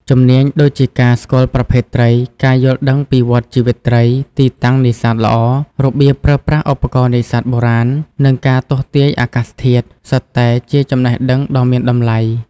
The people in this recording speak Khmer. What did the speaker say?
ជំនាញដូចជាការស្គាល់ប្រភេទត្រី ការយល់ដឹងពីវដ្តជីវិតត្រី ទីតាំងនេសាទល្អ របៀបប្រើប្រាស់ឧបករណ៍នេសាទបុរាណ និងការទស្សន៍ទាយអាកាសធាតុ សុទ្ធតែជាចំណេះដឹងដ៏មានតម្លៃ។